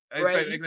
Right